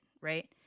right